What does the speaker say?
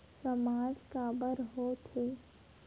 सामाज काबर हो थे?